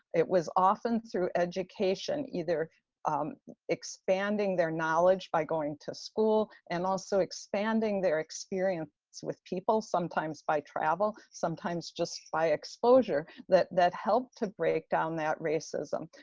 it was often through education, either expanding their knowledge by going to school and also expanding their experiences with people. sometimes by travel, sometimes just by exposure, that that helped to break down that racism.